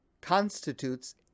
constitutes